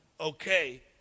okay